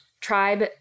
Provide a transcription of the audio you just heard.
Tribe